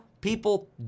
people